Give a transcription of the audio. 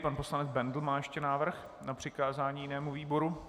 Pan poslanec Bendl má ještě návrh na přikázání jinému výboru.